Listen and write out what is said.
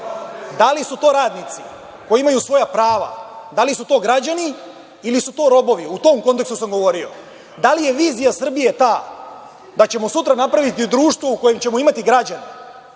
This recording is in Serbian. Da li su to radnici koji imaju svoja prava? Da li su to građani ili su to robovi? U tom kontekstu sam govorio. Da li je vizija Srbije ta da ćemo sutra napraviti društvo u kojem ćemo imati građane